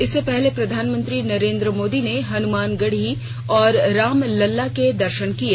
इससे पहले प्रधानमंत्री नरेन्द्र मोदी ने हनुमान गढ़ी और रामलला के दर्शन किए